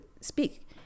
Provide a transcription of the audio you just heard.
speak